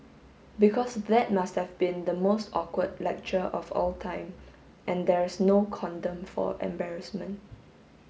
because that must have been the most awkward lecture of all time and there's no condom for embarrassment